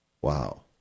Wow